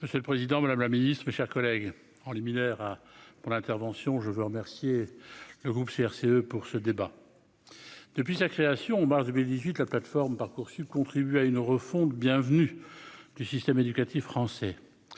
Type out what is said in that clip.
Monsieur le Président, Madame la Ministre, mes chers collègues, en les mineurs à pour l'intervention je veux remercier le groupe CRCE pour ce débat, depuis sa création en mars 2018, la plateforme Parcoursup contribue à une refonte bienvenue du système éducatif français,